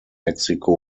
mexico